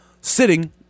sitting